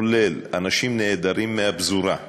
כולל, אנשים נהדרים מהפזורה,